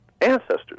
ancestors